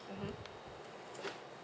mmhmm